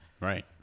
Right